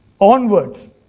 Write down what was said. onwards